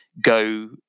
go